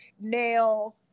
Now